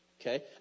Okay